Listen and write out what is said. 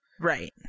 Right